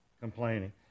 complaining